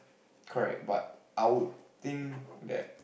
correct but I would think that